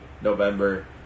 November